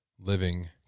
living